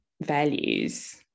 values